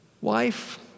wife